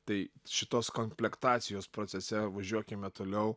tai šitos komplektacijos procese važiuokime toliau